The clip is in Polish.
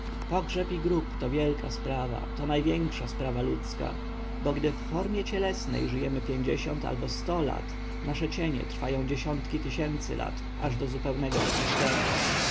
pogrzeb i grób to wielka sprawa to największa sprawa ludzka bo gdy w formie cielesnej żyjemy pięćdziesiąt albo sto lat nasze cienie trwają dziesiątki tysięcy lat aż do zupełnego oczyszczenia